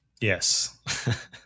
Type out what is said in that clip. Yes